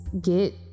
get